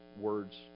words